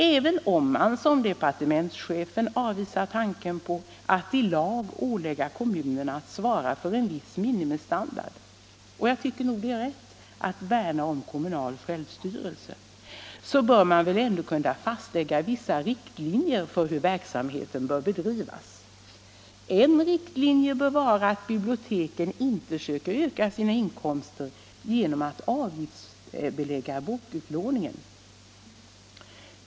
Även om man — som departementschefen — avvisar tanken på att i lag ålägga kommunerna att svara för en viss minimistandard, tycker jag det är rätt att värna om kommunal självstyrelse; man bör kunna fastlägga vissa riktlinjer för hur verksamheten skall bedrivas. En riktlinje bör vara att biblioteken inte söker öka sina inkomster genom att avgiftsbelägga bokutlåningen.